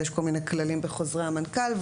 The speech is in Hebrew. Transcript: יש כל מיני כללים בחוזרי המנכ"ל.